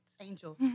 angels